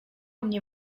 mnie